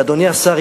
ואדוני השר,